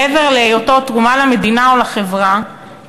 מעבר להיותו תרומה למדינה או לחברה,